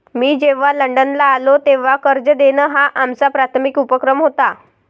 मी जेव्हा लंडनला आलो, तेव्हा कर्ज देणं हा आमचा प्राथमिक उपक्रम होता